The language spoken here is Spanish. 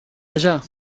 allá